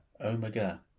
Omega